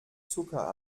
zucker